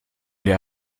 der